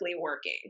working